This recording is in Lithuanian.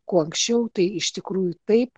kuo anksčiau tai iš tikrųjų taip